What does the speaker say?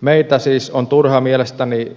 meiltä siis on turha mielestäni